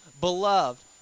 beloved